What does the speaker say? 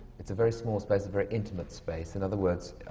it's a very small space, a very intimate space. in other words,